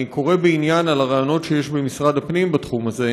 ואני קורא בעניין על הרעיונות שיש במשרד הפנים בתחום הזה